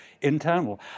internal